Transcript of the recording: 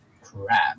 crap